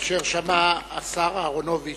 כאשר שמע השר אהרונוביץ